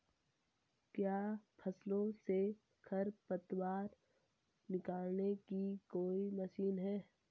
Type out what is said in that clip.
क्या फसलों से खरपतवार निकालने की कोई मशीन है?